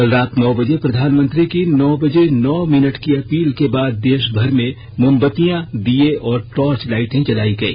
कल रात नौ बजे प्रधानमंत्री की नौ बजे नौ मिनट की अपील के बाद देशभर में मोमबत्तियां दिये और टार्च लाइटें जलाई गई